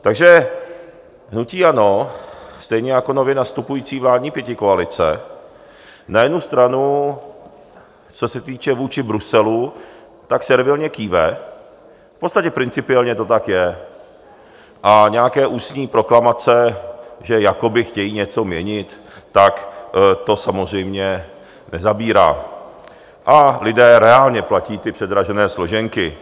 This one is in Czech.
Takže hnutí ANO stejně jako nově nastupující vládní pětikoalice na jednu stranu, co se týče vůči Bruselu, tak servilně kýve, v podstatě principiálně to tak je, a nějaké ústní proklamace, že jakoby chtějí něco měnit, tak to samozřejmě nezabírá a lidé reálně platí předražené složenky.